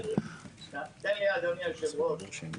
אדוני היושב-ראש,